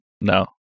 no